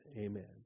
Amen